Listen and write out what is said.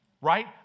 right